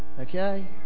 Okay